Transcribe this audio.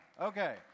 Okay